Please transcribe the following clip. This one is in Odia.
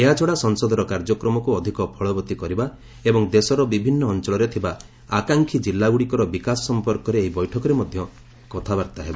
ଏହାଛଡ଼ା ସଂସଦର କାର୍ଯ୍ୟକ୍ମକ୍ତ ଅଧିକ ଫଳବତୀ କରିବା ଏବଂ ଦେଶର ବିଭିନ୍ନ ଅଞ୍ଚଳରେ ଥିବା ଆକାଂକ୍ଷି ଜିଲ୍ଲାଗୁଡ଼ିକର ବିକାଶ ସମ୍ପର୍କରେ ଏହି ବୈଠକରେ ମଧ୍ୟ କଥାବାର୍ତ୍ତା ହେବ